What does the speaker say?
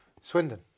Swindon